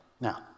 now